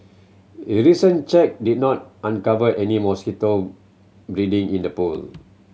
recent check did not uncover any mosquito breeding in the pool